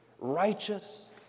righteous